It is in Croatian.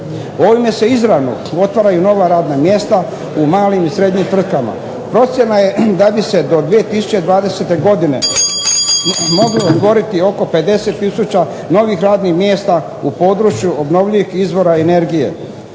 Ovime se izravno otvaraju nova radna mjesta u malim i srednjim tvrtkama. Procjena je da bi se do 2020. godine moglo otvoriti oko 50 tisuća novih radnih mjesta u području obnovljivih izvora energije.